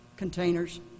containers